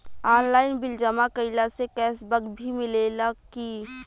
Online bill जमा कईला से कैश बक भी मिलेला की?